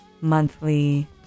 monthly